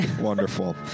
Wonderful